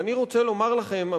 ואני רוצה לומר לכם,